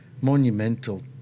monumental